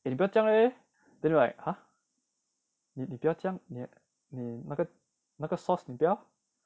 eh 你不要这样 leh then like !huh! 你你不要酱你那个那个 sauce 你不要